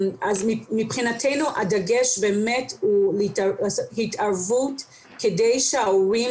מבחינתנו הדגש הוא התערבות כדי שההורים